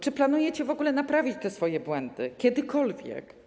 Czy planujecie w ogóle naprawić te swoje błędy kiedykolwiek?